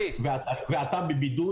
ואתה בבידוד,